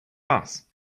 bus